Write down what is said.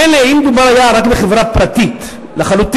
מילא אם מדובר היה רק בחברה פרטית לחלוטין,